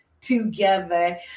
together